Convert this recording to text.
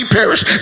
perish